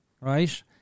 right